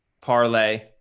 parlay